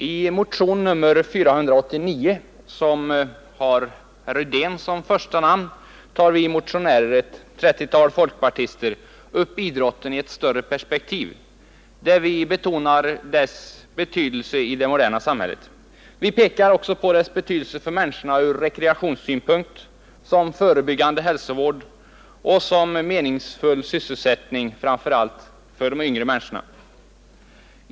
Fru talman! I motion 489 med herr Rydén som första namn tar vi motionärer, ett 30-tal folkpartister, upp idrotten i ett större perspektiv, där vi betonar dess betydelse i det moderna samhället. Vi pekar också på dess betydelse för människorna ur rekreationssynpunkt, som förebyggande hälsovård och som meningsfull sysselsättning framför allt för de yngre människorna.